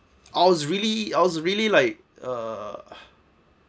I was really I was really like uh